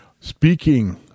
Speaking